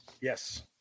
Yes